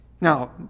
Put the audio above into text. Now